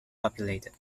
populated